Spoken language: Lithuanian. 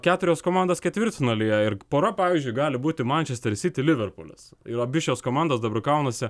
keturios komandos ketvirtfinalyje ir pora pavyzdžiui gali būti mančester sity liverpulis ir abi šios komandos dabar kaunasi